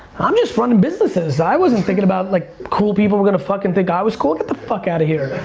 i'm just runnin' businesses, i wasn't thinkin' about like cool people were gonna fuckin' think i was cool, get the fuck outta here.